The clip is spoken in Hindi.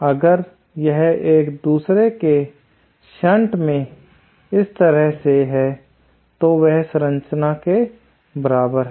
अगर यह एक दूसरे के शंट में इस तरह से हैं तो वह इस संरचना के बराबर है